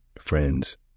Friends